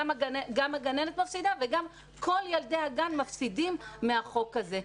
גם הגננת מפסידה וגם כל ילדי הגן מפסידים מהחוק הזה.